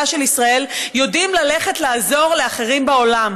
של ישראל יודעים ללכת לעזור לאחרים בעולם,